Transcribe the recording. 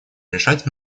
решать